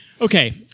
Okay